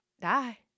die